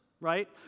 Right